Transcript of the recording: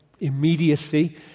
immediacy